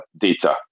data